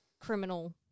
criminal